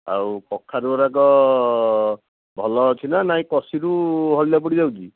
ଆଉ କଖାରୁ ଗରାକ ଭଲ ଅଛି ନା ନାହିଁ କଷିରୁ ହଳଦିଆ ପଡ଼ିଯାଉଛି